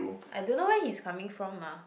I don't know where he's coming from mah